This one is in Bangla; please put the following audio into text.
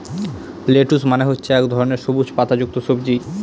লেটুস মানে হচ্ছে এক ধরনের সবুজ পাতা যুক্ত সবজি